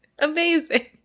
Amazing